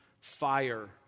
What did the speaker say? fire